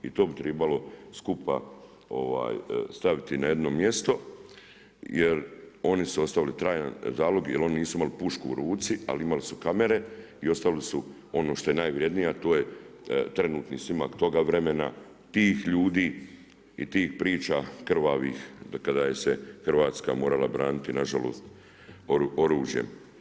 I to bi tribalo skupa staviti na jedno mjesto, jer oni su ostavili trajan zalog jer oni nisu imali pušku u ruci, ali imali su kamere i ostavili su ono što je najvrijednije a to je trenutni snimak toga vremena, tih ljudi i tih priča krvavih kada se Hrvatska morala braniti na žalost oružjem.